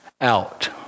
out